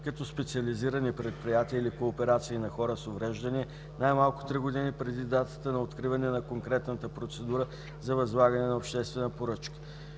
като специализирани предприятия или кооперации на хора с увреждания най-малко три години преди датата на откриване на конкретната процедура за възлагане на обществена поръчка.